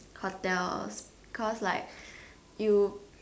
hotels cause like you